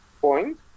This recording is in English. point